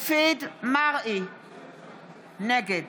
נגד